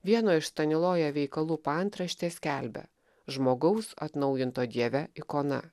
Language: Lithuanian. vieno iš staniloja veikalų paantraštė skelbia žmogaus atnaujinto dieve ikona